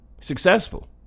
successful